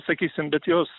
sakysim bet jos